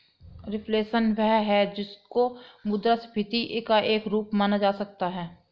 reflation वह है जिसको मुद्रास्फीति का एक रूप माना जा सकता है